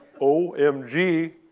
OMG